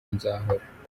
nzahora